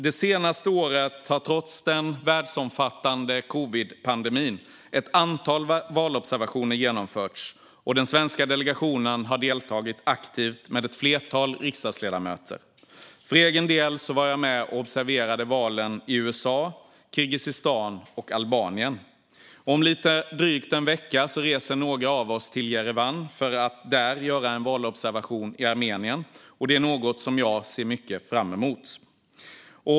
Det senaste året har trots den världsomfattande covidpandemin ett antal valobservationer genomförts, och den svenska delegationen har deltagit aktivt med ett flertal riksdagsledamöter. För egen del var jag med och observerade valen i USA, Kirgizistan och Albanien. Om lite drygt en vecka reser några av oss till Jerevan för att där göra en valobservation i Armenien. Det är något som jag ser mycket fram emot.